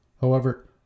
However